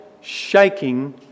shaking